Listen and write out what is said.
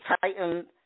Titan